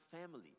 family